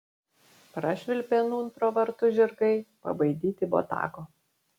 prašvilpė nūn pro vartus žirgai pabaidyti botago